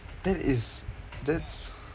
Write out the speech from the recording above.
that is that's